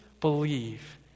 believe